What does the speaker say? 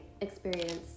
experience